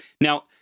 Now